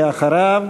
ואחריו,